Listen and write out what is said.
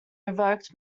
revoked